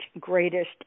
greatest